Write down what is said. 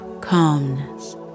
calmness